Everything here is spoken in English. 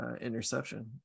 interception